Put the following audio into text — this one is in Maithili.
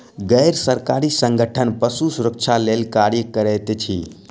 गैर सरकारी संगठन पशु सुरक्षा लेल कार्य करैत अछि